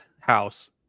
house